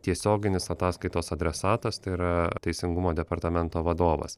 tiesioginis ataskaitos adresatas tai yra teisingumo departamento vadovas